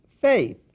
faith